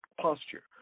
posture